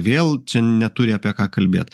vėl čia neturi apie ką kalbėt